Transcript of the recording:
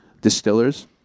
Distillers